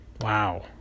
wow